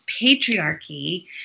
patriarchy